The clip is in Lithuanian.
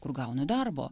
kur gaunu darbo